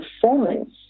performance